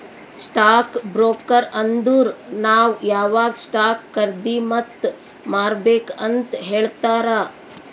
stock broker ಅಂದುರ್ ನಾವ್ ಯಾವಾಗ್ ಸ್ಟಾಕ್ ಖರ್ದಿ ಮತ್ ಮಾರ್ಬೇಕ್ ಅಂತ್ ಹೇಳ್ತಾರ